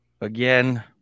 Again